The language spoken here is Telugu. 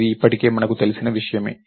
ఇది ఇప్పటికే మనకు తెలిసిన విషయమే